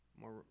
more